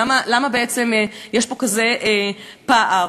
למה בעצם יש פה כזה פער?